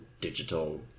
digital